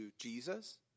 Jesus